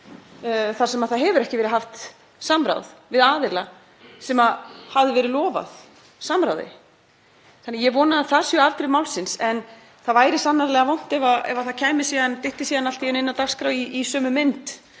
þar sem ekki hefur verið haft samráð við aðila sem hafði verið lofað samráði. Ég vona að það séu afdrif málsins. En það væri sannarlega vont ef það dytti síðan allt í einu inn á dagskrá í sömu mynd